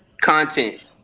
content